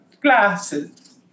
glasses